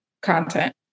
content